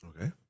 Okay